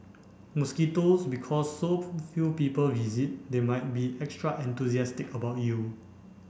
mosquitoes Because so few people visit they might be extra enthusiastic about you